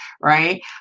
Right